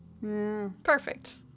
Perfect